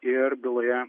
ir byloje